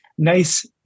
Nice